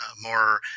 more